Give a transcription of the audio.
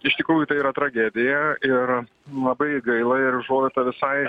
iš tikrųjų tai yra tragedija ir labai gaila ir užuojauta visai